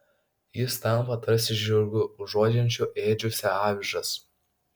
jis tampa tarsi žirgu užuodžiančiu ėdžiose avižas